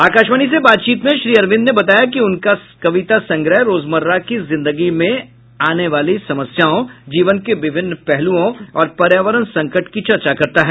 आकाशवाणी से बातचीत में श्री अरविंद ने बताया कि उनका कविता संग्रह रोजमर्रा की जिंदगी में आने वाली समस्याओं जीवन के विभिन्न पहलूओं और पर्यावरण संकट की चर्चा करता है